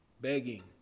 begging